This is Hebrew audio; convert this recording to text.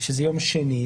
שזה יום שני,